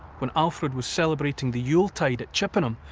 when alfred was celebrating the yuletide at chippenham,